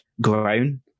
grown